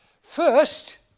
First